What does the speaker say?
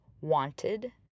wanted